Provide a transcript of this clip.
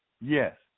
Yes